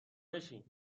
بشین